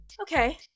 okay